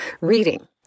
Reading